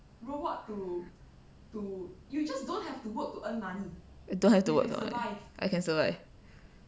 I don't have to work I can survive